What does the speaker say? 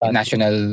national